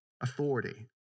authority